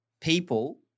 people